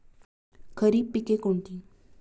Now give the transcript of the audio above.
खरीप पिके कोणती?